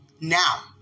now